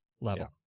level